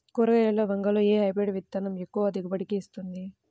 కూరగాయలలో వంగలో ఏ హైబ్రిడ్ విత్తనం ఎక్కువ దిగుబడిని ఇస్తుంది?